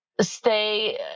Stay